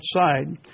outside